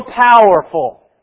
powerful